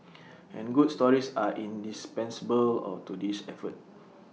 and good stories are indispensable all to this effort